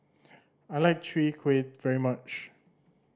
I like Chwee Kueh very much